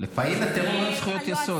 לפעיל הטרור אין זכויות יסוד.